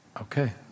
okay